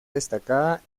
destacada